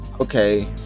okay